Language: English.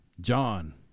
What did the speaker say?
John